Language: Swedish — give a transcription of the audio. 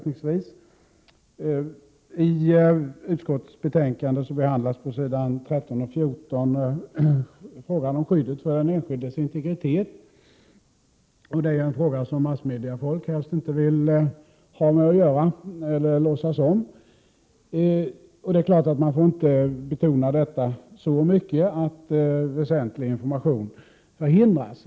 I utskottsbetänkandet behandlas på s. 13 och 14 frågan om skyddet för den enskildes integritet. Det är en fråga som massmediafolk helst inte vill låtsas om. Det är klart att man inte får betona detta så mycket att väsentlig information förhindras.